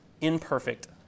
imperfect